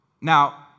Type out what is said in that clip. now